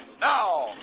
Now